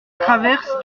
traverse